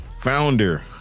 founder